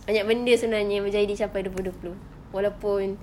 banyak benda sebenarnya macam yang dicapai dua puluh dua puluh walaupun